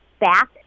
back